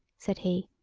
said he,